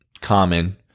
common